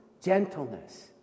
gentleness